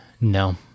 No